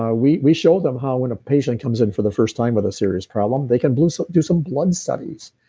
ah we we show them how when a patient comes in for the first time with a serious problem, they can so do some blood studies,